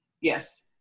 Yes